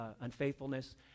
unfaithfulness